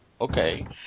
okay